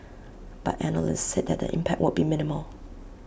but analysts said that the impact would be minimal